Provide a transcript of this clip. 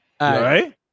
right